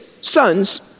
sons